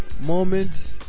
moments